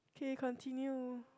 okay continue